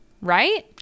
Right